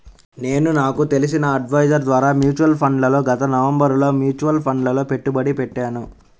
నేను నాకు తెలిసిన అడ్వైజర్ ద్వారా మ్యూచువల్ ఫండ్లలో గత నవంబరులో మ్యూచువల్ ఫండ్లలలో పెట్టుబడి పెట్టాను